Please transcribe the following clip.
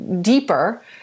deeper